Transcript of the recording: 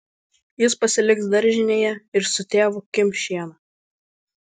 jis pasiliks daržinėje ir su tėvu kimš šieną